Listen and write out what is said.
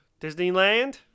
Disneyland